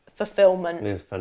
fulfillment